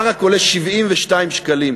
עראק עולה 72 שקלים.